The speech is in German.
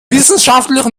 wissenschaftlich